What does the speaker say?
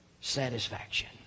satisfaction